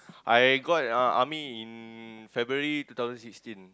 I got uh army in February two thousand sixteen